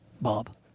Bob